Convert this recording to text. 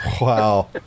Wow